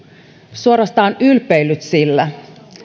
suorastaan ylpeillyt sillä